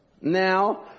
now